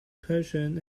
persian